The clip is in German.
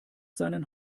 seinen